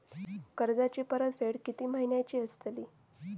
कर्जाची परतफेड कीती महिन्याची असतली?